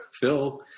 Phil